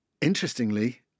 Interestingly